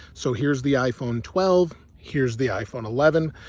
so here's the iphone twelve, here's the iphone eleven.